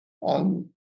on